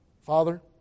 Father